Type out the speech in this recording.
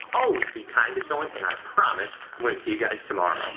always be kind to someone, and i promise i'm gonna see you guys tomorrow.